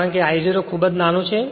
કારણ કે I0 ખૂબ નાનો છે